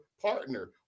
partner